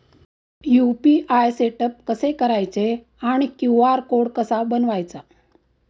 UPI setup कसे करायचे आणि क्यू.आर कोड कसा बनवायचा?